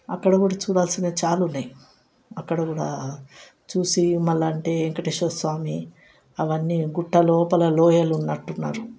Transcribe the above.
అక్కడ కూడా చూడాల్సినవి చాలా ఉన్నాయి అక్కడ కూడా చూసి మళ్ళా అంటే వెంకటేశ్వర స్వామి అవన్నీ గుట్టలోపల లోయలో ఉన్నట్టు ఉన్నారు